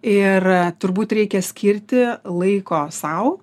ir turbūt reikia skirti laiko sau